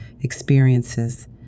experiences